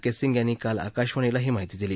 क्रिसंग यांनी काल आकाशवाणीला ही माहिती दिली